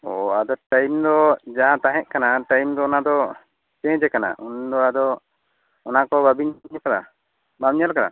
ᱚ ᱟᱫᱚ ᱴᱟᱭᱤᱢ ᱫᱚ ᱡᱟᱦᱟᱸ ᱛᱟᱦᱮᱸᱫ ᱠᱟᱱᱟ ᱴᱟᱭᱤᱢ ᱫᱚ ᱚᱱᱟ ᱫᱚ ᱪᱮᱧᱡᱽ ᱟᱠᱟᱱᱟ ᱩᱱᱫᱚ ᱟᱫᱚ ᱚᱱᱟ ᱠᱚ ᱵᱟᱵᱤᱱ ᱵᱩᱡᱽ ᱟᱠᱟᱫᱟ ᱵᱟᱢ ᱧᱮᱞ ᱟᱠᱟᱫᱟ